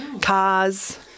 cars